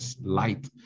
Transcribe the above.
light